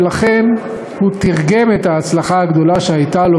ולכן הוא תרגם את ההצלחה הגדולה שהייתה לו